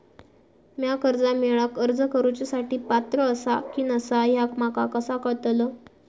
म्या कर्जा मेळाक अर्ज करुच्या साठी पात्र आसा की नसा ह्या माका कसा कळतल?